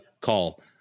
call